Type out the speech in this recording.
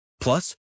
Plus